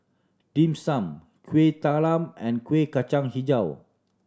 Dim Sum Kuih Talam and Kuih Kacang Hijau